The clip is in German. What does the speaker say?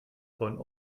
von